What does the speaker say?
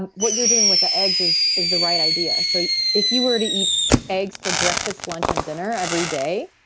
what you're doing with the eggs is is the right idea. so if you were to eat eggs for breakfast, lunch, and dinner every day,